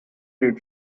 did